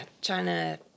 China